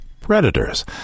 predators